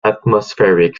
atmospheric